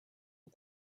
aux